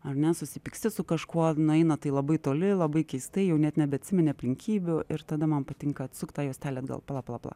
ar ne susipyksti su kažkuo nueina tai labai toli labai keistai jau net nebeatsimeni aplinkybių ir tada man patinka atsukt tą juostelę atgal pala pala pala